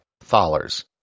Thalers